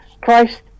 Christ